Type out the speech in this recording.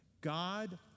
God